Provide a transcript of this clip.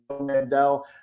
Mandel